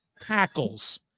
tackles